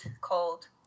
called